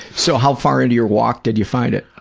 so, how far into your walk did you find it?